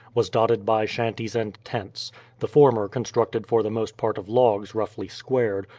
was dotted by shanties and tents the former constructed for the most part of logs roughly squared,